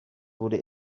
wurde